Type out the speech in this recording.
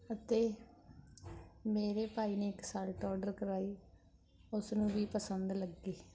ਅਤੇ ਮੇਰੇ ਭਾਈ ਨੇ ਇੱਕ ਸਲਟ ਓਡਰ ਕਰਾਈ ਉਸ ਨੂੰ ਵੀ ਪਸੰਦ ਲੱਗੀ